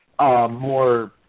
more